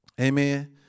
Amen